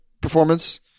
performance